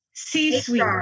C-suite